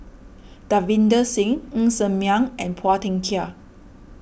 Davinder Singh Ng Ser Miang and Phua Thin Kiay